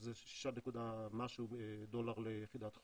שזה שישה נקודה משהו דולר ליחידת חום.